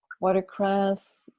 watercress